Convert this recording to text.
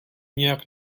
nějak